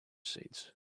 seeds